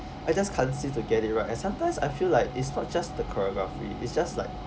I just can't seem to get it right and sometimes I feel like it's not just the choreography it's just like